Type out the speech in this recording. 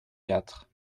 quatre